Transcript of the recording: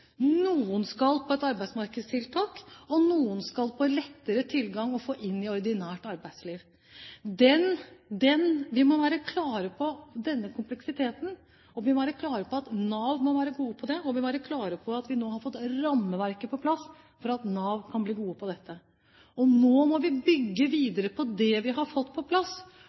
noen skal på arbeidsmarkedstiltak, og noen skal få lettere tilgang inn i ordinært arbeidsliv. Vi må være klare på denne kompleksiteten, vi må være klare på at Nav må være gode på dette, og vi må være klare på at vi nå har fått rammeverket på plass for at Nav kan bli god på dette. Nå må vi bygge videre på det vi har fått på plass,